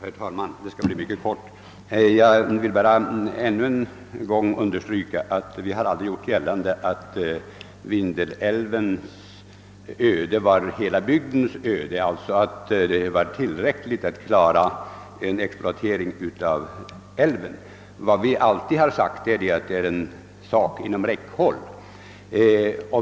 Herr talman! Jag skall fatta mig mycket kort. Jag vill bara ännu en gång understryka att vi aldrig gjort gällande att Vindelälvens öde var hela bygdens öde och att det skulle vara tillräckligt med en exploatering av älven. Vad vi alltid har sagt är att exploateringen är en sak inom räckhåll.